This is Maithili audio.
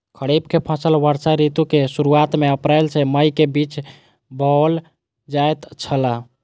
खरीफ के फसल वर्षा ऋतु के शुरुआत में अप्रैल से मई के बीच बौअल जायत छला